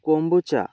kombucha